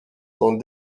sont